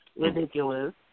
ridiculous